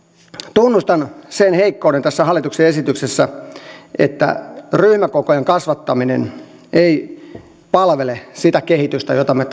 tunnustan sen heikkouden tässä hallituksen esityksessä että ryhmäkokojen kasvattaminen ei palvele sitä kehitystä jota me